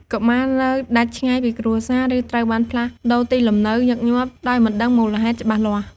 កុមារនៅដាច់ឆ្ងាយពីគ្រួសារ ឬត្រូវបានផ្លាស់ប្តូរទីលំនៅញឹកញាប់ដោយមិនដឹងមូលហេតុច្បាស់លាស់។